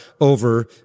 over